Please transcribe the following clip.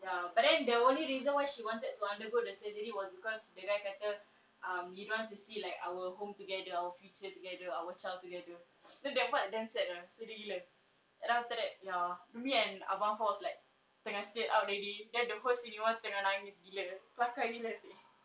ya but then the only reason why she wanted to undergo the surgery was because the guy kata um you don't want to see like our home together our future together our child together then the part damn sad ah sedih gila and after that ya me and abang was like tengah teared out already then the whole cinema tengah nangis gila kelakar gila seh